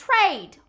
trade